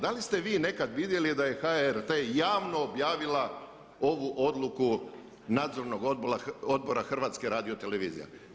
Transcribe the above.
Da li ste vi nekada vidjeli da je HRT javno objavila ovu odluku Nadzornog odbora HRT-a?